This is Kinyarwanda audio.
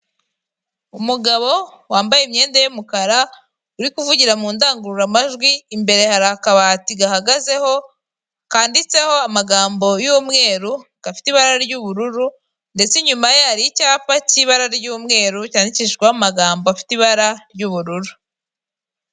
Umugabo wambaye imyenda y'umukara uri kuvugira mu ndangururamajwi, imbere hari akabati gahagazeho kanditseho amagambo y'umweru, gafite ibara ry'ubururu ndetse inyuma ye hari icyapa cy'ibara ry'umweru cyandikishijweho amagambo afite ibara ry'ubururu.